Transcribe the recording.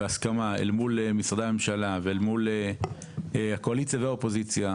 בהסכמה אל מול משרדי הממשלה ואל מול הקואליציה והאופוזיציה,